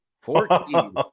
Fourteen